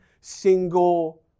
single